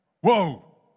whoa